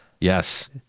Yes